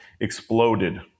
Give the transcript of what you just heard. exploded